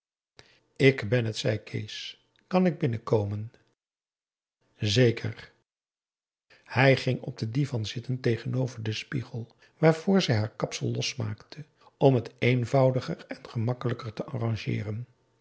ik ben het zei kees kan ik binnenkomen zeker hij ging op den divan zitten tegenover den spiegel waarvoor zij haar kapsel losmaakte om het eenvoudiger en gemakkelijker te arrangeeren